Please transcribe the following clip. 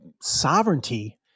sovereignty